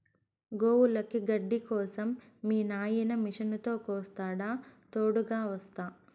గోవులకి గడ్డి కోసం మీ నాయిన మిషనుతో కోస్తాడా తోడుగ వస్తా